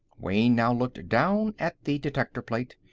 wayne now looked down at the detector plate.